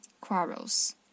quarrels